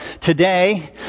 today